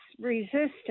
resistance